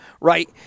right